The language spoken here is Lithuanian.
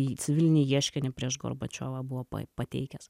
į civilinį ieškinį prieš gorbačiovą buvo pateikęs